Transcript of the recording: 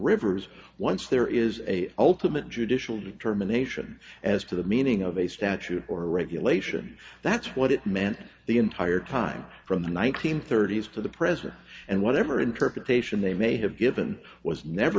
rivers once there is a ultimate judicial determination as to the meaning of a statute or regulation that's what it meant the entire time from the one nine hundred thirty s to the present and whatever interpretation they may have given was never